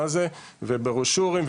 אנחנו מציגים להם ברושורים,